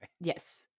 yes